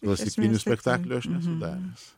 klasikinių spektaklių aš nesu daręs